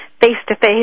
face-to-face